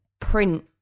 print